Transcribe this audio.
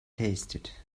tasted